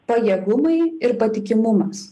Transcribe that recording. pajėgumai ir patikimumas